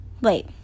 Wait